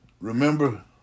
Remember